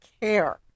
care